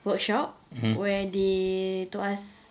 workshop where they told us